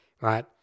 right